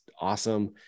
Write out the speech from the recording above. awesome